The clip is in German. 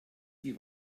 die